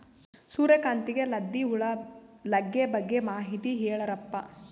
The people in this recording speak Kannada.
ಸೂರ್ಯಕಾಂತಿಗೆ ಲದ್ದಿ ಹುಳ ಲಗ್ಗೆ ಬಗ್ಗೆ ಮಾಹಿತಿ ಹೇಳರಪ್ಪ?